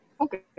okay